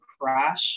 crash